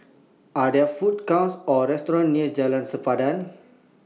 Are There Food Courts Or restaurants near Jalan Sempadan